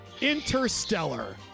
Interstellar